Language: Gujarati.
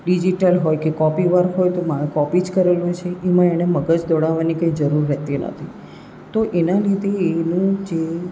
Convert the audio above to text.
ડિજિટલ હોય કે કોપી વર્ક હોય તો કોપી જ કરેલું છે એમાં એ મગજ દોડાવવાની કંઈ જરૂર નથી તો એના લીધે એનું જે